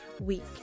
week